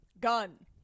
gun